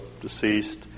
deceased